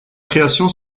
création